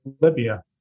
Libya